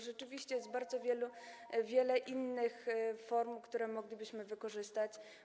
Rzeczywiście jest bardzo wiele innych form, które moglibyśmy wykorzystać.